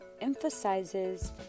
emphasizes